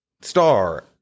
star